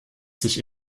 sich